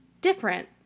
different